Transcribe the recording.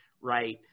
right